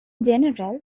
general